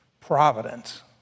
providence